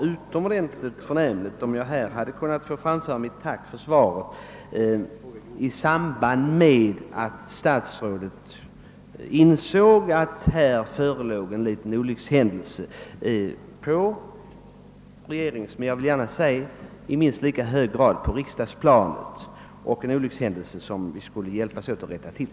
utomordentligt värdefullt om statsrådet insett att det föreligger en liten olyckshändelse på regeringsplanet och i minst lika hög grad på riksdagsplanet — en olyckshändelse vars verkningar vi borde hjälpas åt att rätta till.